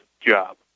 job